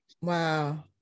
Wow